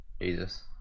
Jesus